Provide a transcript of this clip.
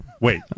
Wait